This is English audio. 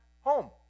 home